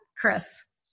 Chris